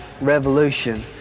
revolution